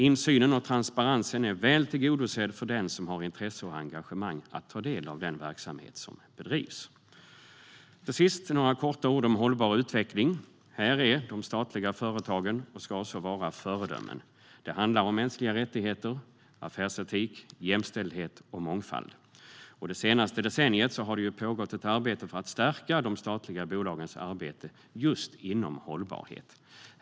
Insynen och transparensen är väl tillgodosedda för den som har intresse och engagemang att ta del av den verksamhet som bedrivs. Till sist vill jag säga några korta ord om hållbar utveckling. Här är de statliga företagen, och ska så vara, föredömen. Det handlar om mänskliga rättigheter, affärsetik, jämställdhet och mångfald. Det senaste decenniet har det pågått ett arbete för att stärka de statliga bolagens arbete just inom hållbarhet.